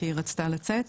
כי היא רצתה לצאת,